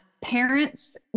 parents